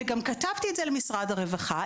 וגם כתבתי זאת למשרד הרווחה,